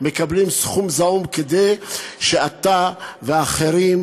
מקבלים סכום זעום כדי שאתה והאחרים,